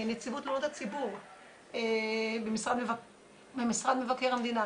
נציבות תלונות הציבור במשרד מבקר המדינה,